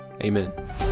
amen